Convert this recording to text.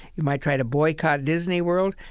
you might try to boycott disney world.